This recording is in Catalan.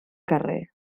carrer